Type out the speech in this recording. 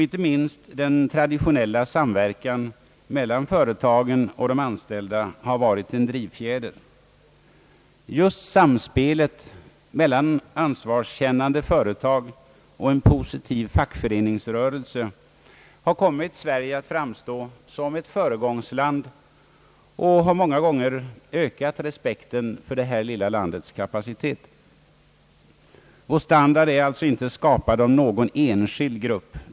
Inte minst den traditionella samverkan mellan företagen och de anställda har varit en drivfjäder. Just samspelet mellan ansvarskännande företag och en positiv fackföreningsrörelse har kommit Sverige att framstå som ett föregångsland och har på många håll ökat respekten för detta lilla lands kapacitet. Vår standard är alltså inte skapad av någon enskild grupp.